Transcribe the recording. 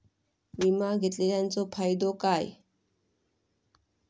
विमा घेतल्याचो फाईदो काय?